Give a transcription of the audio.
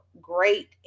great